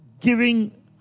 giving